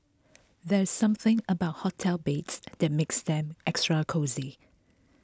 there's something about hotel beds that makes them extra cosy